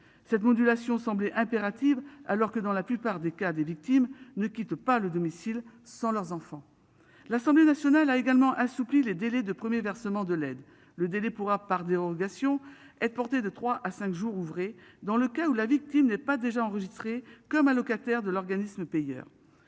cette modulation semblait impérative, alors que dans la plupart des cas des victimes ne quitte pas le domicile sans leurs enfants. L'Assemblée nationale a également assoupli les délais de 1er versement de l'aide. Le délai pourra par dérogation est portée de 3 à 5 jours ouvrés. Dans le cas où la victime n'ait pas déjà enregistrées comme locataire de l'organisme payeur